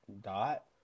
Dot